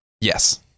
Yes